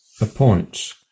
appoints